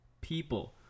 people